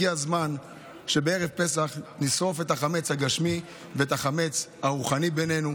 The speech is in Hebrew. הגיע הזמן שבערב פסח נשרוף את החמץ הגשמי ואת החמץ הרוחני בינינו,